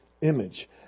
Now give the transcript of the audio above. image